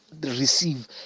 receive